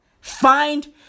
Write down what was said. Find